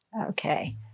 okay